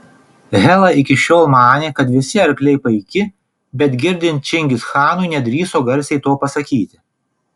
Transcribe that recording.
hela iki šiol manė kad visi arkliai paiki bet girdint čingischanui nedrįso garsiai to pasakyti